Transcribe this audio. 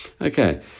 okay